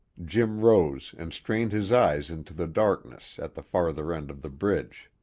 jim rose and strained his eyes into the darkness at the farther end of the bridge.